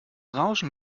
rauschen